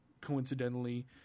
coincidentally